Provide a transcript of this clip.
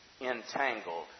entangled